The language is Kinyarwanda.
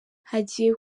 hagiye